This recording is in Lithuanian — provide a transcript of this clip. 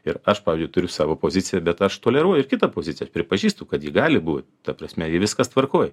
ir aš pavyzdžiui turiu savo poziciją bet aš toleruoju kitą pozicijąaš pripažįstu kad ji gali būt ta prasme ir viskas tvarkoj